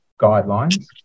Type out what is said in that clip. guidelines